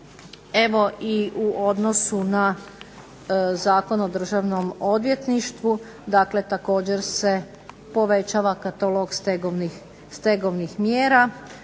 Evo i u odnosu na Zakon o Državnom odvjetništvu. Dakle, također se povećava katalog stegovnih mjera.